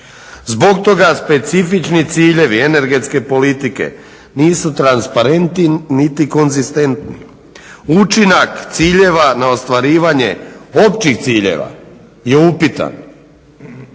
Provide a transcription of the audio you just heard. Zbog toga specifični ciljevi energetske politike nisu transparentni niti konzistentni. Učinak ciljeva na ostvarivanje općih ciljeva je upitan.